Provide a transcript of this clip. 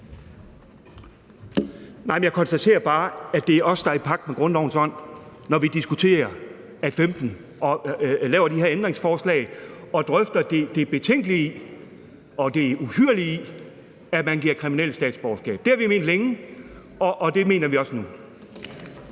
(DF): Jeg konstaterer bare, at det er os, der er i pagt med grundlovens ånd, når vi stiller de her ændringsforslag, og når vi drøfter det betænkelige i og det uhyrlige i, at man giver kriminelle statsborgerskab. Det har vi ment længe. Det mener vi også nu.